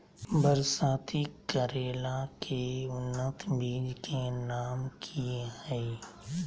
बरसाती करेला के उन्नत बिज के नाम की हैय?